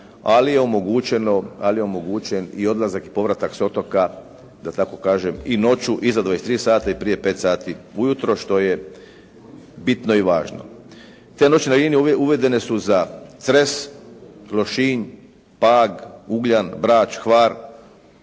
ali je omogućen i odlazak i povratak s otoka, da tako kažem, i noću iza 23 sata i prije 5 sati ujutro što je bitno i važno. Te noćne linije uvedene su za Cres, Lošinj, Pag, Ugljan, Brač, Hvar,